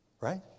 Right